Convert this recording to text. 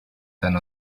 than